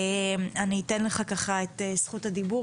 אני אתן לך ככה את זכות הדיבור,